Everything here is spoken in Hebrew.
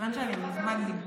מכיוון שאני בזמן דיבור,